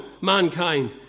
mankind